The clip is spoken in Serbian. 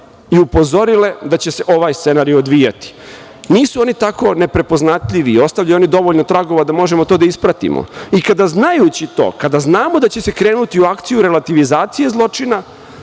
i upozorile da će se ovaj scenario odvijati. Nisu oni tako neprepoznatljivi, ostavljaju oni dovoljno tragova da možemo to da ispratimo i kada znajući to, kada znamo da će se krenuti u akciju relativizacije zločina